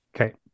Okay